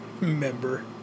Member